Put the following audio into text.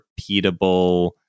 repeatable